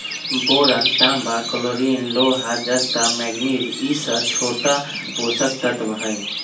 boron तांबा chlorine लोहा जस्ता मैग्निज ई स छोट पोषक तत्त्व हई